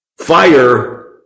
fire